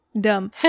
dumb